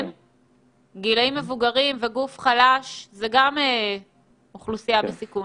גילאים מבוגרים וגוף חלש זה גם אוכלוסייה בסיכון,